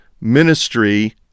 ministry